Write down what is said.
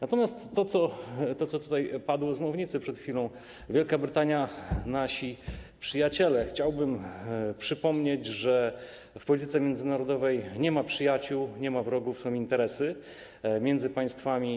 Natomiast jeśli chodzi o to, co tutaj padło z mównicy przed chwilą, Wielka Brytania - nasi przyjaciele, to chciałbym przypomnieć, że w polityce międzynarodowej nie ma przyjaciół, nie ma wrogów, są interesy między państwami.